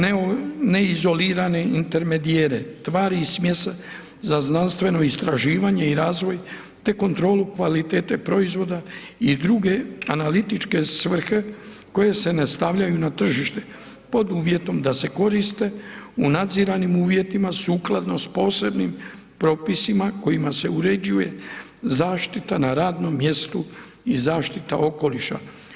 Neizolirane ... tvari i smjese za znanstveno istraživanje i razvoj te kontrolu kvalitete proizvoda i druge analitičke svrhe koje se ne stavljaju na tržište pod uvjetom da se koriste u nadziranim uvjetima sukladno s posebnim propisima kojima se uređuje zaštita na radnom mjestu i zaštita okoliša.